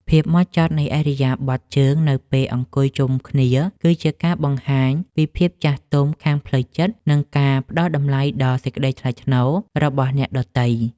ភាពហ្មត់ចត់នៃឥរិយាបថជើងនៅពេលអង្គុយជុំគ្នាគឺជាការបង្ហាញពីភាពចាស់ទុំខាងផ្លូវចិត្ត និង ការផ្តល់តម្លៃដល់សេចក្តីថ្លៃថ្នូររបស់អ្នកដទៃ។